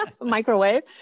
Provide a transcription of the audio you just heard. microwave